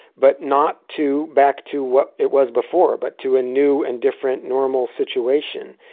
but not to back to what it was before but to a new and different normal situation.